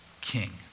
king